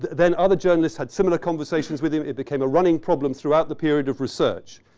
then other journalists had similar conversations with him. it became a running problem throughout the period of research.